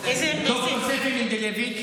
ד"ר ספי מנדלביץ',